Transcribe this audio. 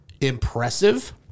impressive